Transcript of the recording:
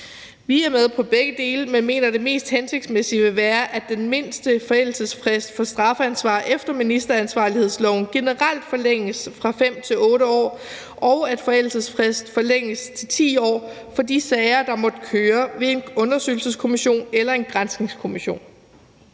Vi er med på begge dele, men vi mener, at det mest hensigtsmæssige ville være, at den mindste forældelsesfrist for strafansvar efter ministeransvarlighedsloven generelt forlænges fra 5 til 8 år, og at forældelsesfristen forlænges til 10 år for de sager, der måtte køre ved en undersøgelseskommission eller en granskningskommission.